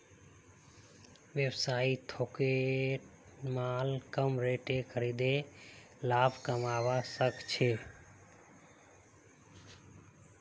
व्यवसायी थोकत माल कम रेटत खरीदे लाभ कमवा सक छी